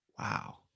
Wow